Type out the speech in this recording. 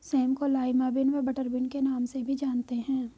same को Lima bean व butter bean के नाम से भी जानते हैं